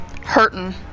hurting